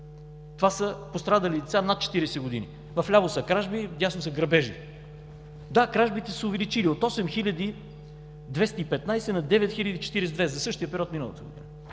Това са пострадали лица над 40 години. В ляво са кражби, в дясно са грабежи. Да, кражбите са се увеличили – от 8215 на 9042, за същия период на миналата година,